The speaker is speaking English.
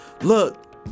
Look